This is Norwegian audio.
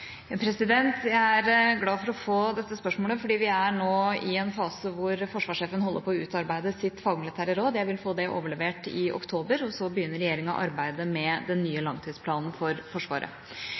Jeg er glad for å få dette spørsmålet, for vi er nå i en fase der forsvarssjefen holder på å utarbeide sitt fagmilitære råd. Jeg vil få det overlevert i oktober, og så begynner regjeringa arbeidet med den nye langtidsplanen for Forsvaret.